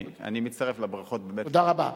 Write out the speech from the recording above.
אני מצטרף לברכות, באמת, תודה רבה.